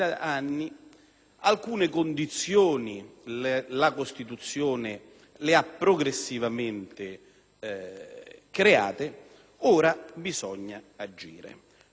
alcune condizioni la Costituzione le ha progressivamente create, ora bisogna agire.